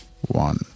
One